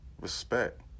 respect